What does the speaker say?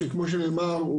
שכמו שנאמר,